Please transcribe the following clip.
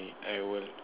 uh I will